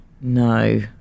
No